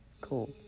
Cool